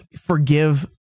forgive